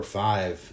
five